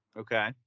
Okay